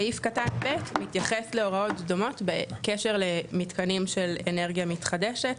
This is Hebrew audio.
סעיף קטן (ב) מתייחס להוראות דומות בקשר למתקנים של אנרגיה מתחדשת.